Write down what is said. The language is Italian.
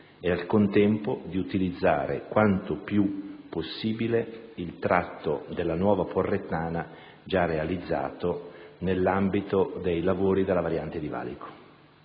e, al contempo, di utilizzare quanto più possibile il tratto della nuova Porrettana già realizzato nell'ambito dei lavori della variante di valico.